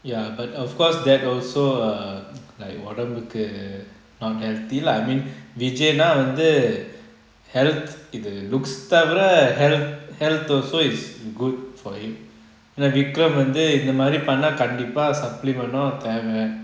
ya but of course that also ah like உடம்புக்கு:odambukku not healthy lah I mean vijay now ந வந்து:na vanthu health இது:ithu looks தவிர:thavira heal~ health also is good for him and then vikram வந்து இது மாறி பண்ண கண்டிப்பா:vanthu ithu maari panna kandipa supplement தேவ: theava